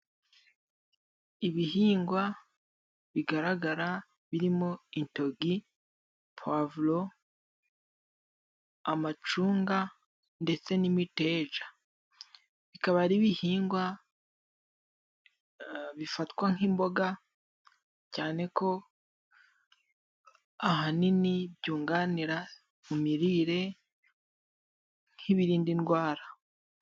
Ibihingwa bigaragara biri mo intogi, puwavuro, amacunga ndetse n'imiteja. Bikaba ari ibihingwa bifatwa nk'imboga cyane ko ahanini byunganira mu mirire nk'ibirinda indwara.